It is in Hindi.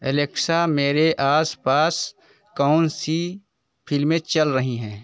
एलेक्सा मेरे आस पास कौन सी फिल्में चल रही हैं